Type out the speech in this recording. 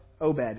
Obed